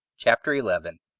chapter eleven.